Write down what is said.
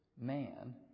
man